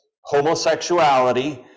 homosexuality